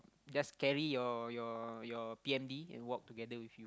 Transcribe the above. just carry your your your p_m_d and walk together with you